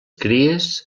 cries